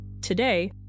Today